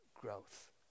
growth